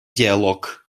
диалог